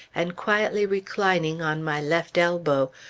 and quietly reclining on my left elbow,